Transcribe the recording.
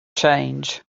change